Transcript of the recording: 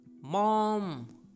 Mom